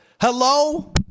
Hello